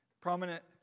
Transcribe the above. Prominent